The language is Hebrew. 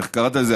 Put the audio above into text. איך קראת לזה?